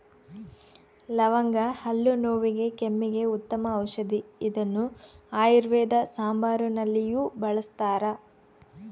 ಲವಂಗ ಹಲ್ಲು ನೋವಿಗೆ ಕೆಮ್ಮಿಗೆ ಉತ್ತಮ ಔಷದಿ ಇದನ್ನು ಆಯುರ್ವೇದ ಸಾಂಬಾರುನಲ್ಲಿಯೂ ಬಳಸ್ತಾರ